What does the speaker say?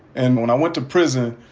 and when i went to prison,